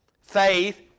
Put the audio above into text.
Faith